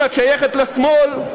אם את שייכת לשמאל,